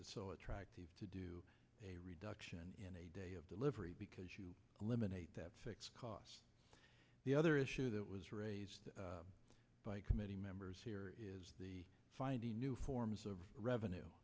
it so attractive to do a reduction in a day of delivery because you eliminate that fixed cost the other issue that was raised by committee members here is finding new forms of revenue